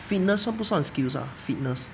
fitness 算不算 skills ah fitness